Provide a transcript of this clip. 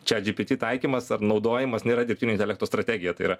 chat gpt taikymas ar naudojimas nėra dirbtinio intelekto strategija tai yra